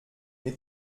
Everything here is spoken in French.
n’ai